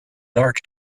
dark